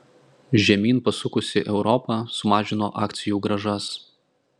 žemyn pasukusi europa sumažino akcijų grąžas